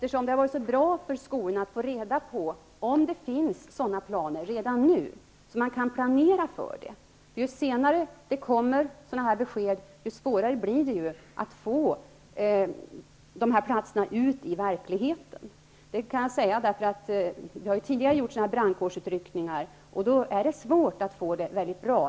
Det hade varit bra för skolorna att redan nu få reda på om det finns sådana planer, så att man kan planera för det. Ju senare beskeden kommer, desto svårare blir det att ordna de här platserna ute i verkligheten. Jag kan säga detta, eftersom jag från tidigare ''brandkårsutryckningar'' vet att det är svårt att få det bra.